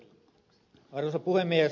arvoisa puhemies